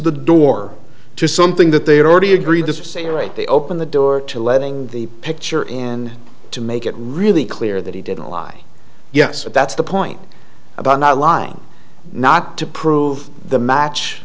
the door to something that they had already agreed to say you're right they open the door to letting the picture in to make it really clear that he didn't lie yes that's the point about not lying not to prove the match